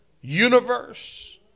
universe